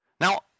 Now